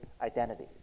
identity